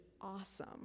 awesome